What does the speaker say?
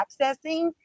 accessing